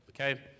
Okay